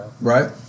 right